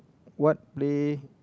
what play